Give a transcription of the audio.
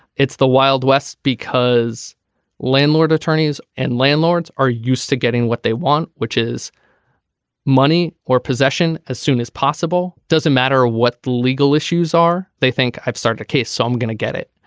it's the wild west because landlord attorneys and landlords are used to getting what they want which is money or possession. as soon as possible. doesn't matter what legal issues are they think. i've started a case so i'm gonna get it.